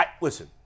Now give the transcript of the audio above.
listen